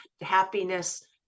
happiness